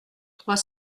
trois